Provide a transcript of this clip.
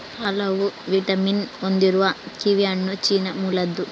ಹಲವು ವಿಟಮಿನ್ ಹೊಂದಿರುವ ಕಿವಿಹಣ್ಣು ಚೀನಾ ಮೂಲದ್ದು